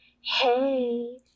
hey